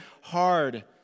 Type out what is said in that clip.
hard